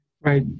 Right